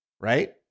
right